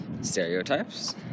Stereotypes